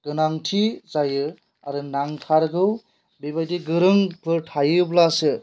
गोनांथि जायो आरो नांथारगौ बेबायदि गोरोंफोर थायोब्लासो